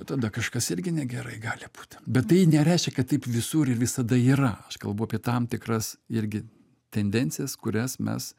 tada kažkas irgi negerai gali būt bet tai nereiškia kad taip visur ir visada yra aš kalbu apie tam tikras irgi tendencijas kurias mes